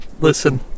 listen